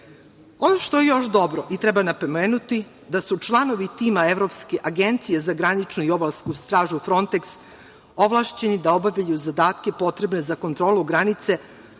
što je još dobro i treba napomenuti da su članovi tima Evropske agencije za graničnu i obalsku stražu Fronteks ovlašćeni da obavljaju zadatke potrebne za kontrolu granice,